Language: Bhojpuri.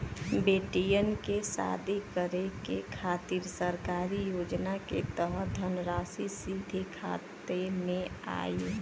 बेटियन के शादी करे के खातिर सरकारी योजना के तहत धनराशि सीधे खाता मे आई?